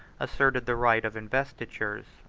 asserted the right of investitures,